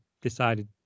decided